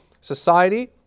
society